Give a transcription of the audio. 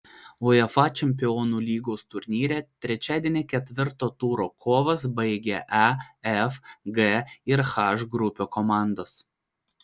uefa čempionų lygos turnyre trečiadienį ketvirto turo kovas baigė e f g ir h grupių komandos